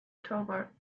october